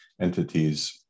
entities